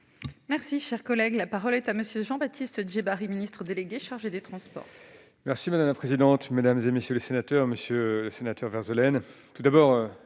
Merci, cher collègue, la parole est à monsieur Jean Baptiste Djebbari Ministre délégué chargé des Transports. Merci madame la présidente, mesdames et messieurs les sénateurs, Monsieur le Sénateur Vert